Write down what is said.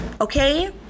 okay